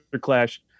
clash